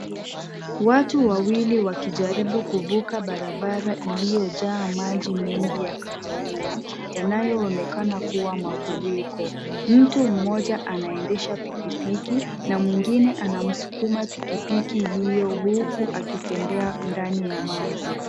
Watu wawili wakijaribu kuvuka barabara iliyojaa maji mengi ya kahawia yanayoonekana kuwa mafuriko. Mtu mmoja anaendesha pikipiki na mwingine anamsukuma pikipiki hiyo huku akitembea ndani ya maji.